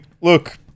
look